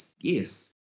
yes